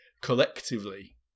collectively